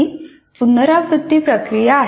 ही पुनरावृत्ती प्रक्रिया आहे